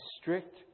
strict